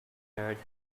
earth